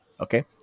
okay